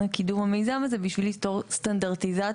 קידום המיזם הזה כדי ליצור סטנדרטיזציה,